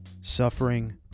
suffering